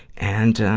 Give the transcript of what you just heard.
and, ah,